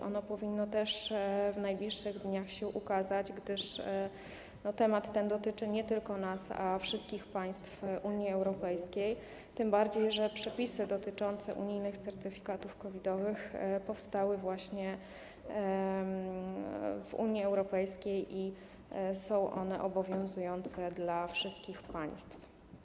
Ono powinno też w najbliższych dniach się ukazać, gdyż temat ten dotyczy nie tylko nas, a wszystkich państw Unii Europejskiej, tym bardziej że przepisy dotyczące unijnych certyfikatów COVID-owych powstały właśnie w Unii Europejskiej i są one obowiązujące we wszystkich państwach.